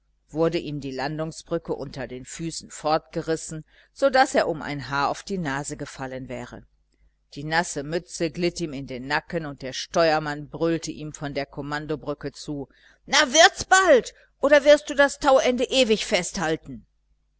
wurde ihm die landungsbrücke unter den füßen fortgerissen so daß er um ein haar auf die nase gefallen wäre die nasse mütze glitt ihm in den nacken und der steuermann brüllte ihm von der kommandobrücke zu na wirds bald oder willst du das tauende ewig festhalten